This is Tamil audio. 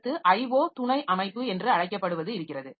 அடுத்து IO துணை அமைப்பு என்று அழைக்கப்படுவது இருக்கிறது